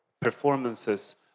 performances